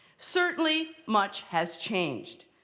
certainly, much has changed.